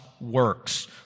works